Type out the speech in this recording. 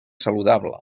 saludable